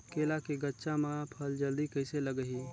केला के गचा मां फल जल्दी कइसे लगही?